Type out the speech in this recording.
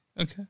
Okay